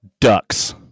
Ducks